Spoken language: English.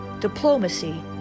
diplomacy